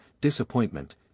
disappointment